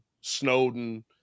Snowden